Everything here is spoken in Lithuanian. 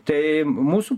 tai mūsų